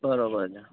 બરાબર છે